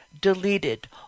deleted